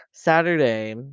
saturday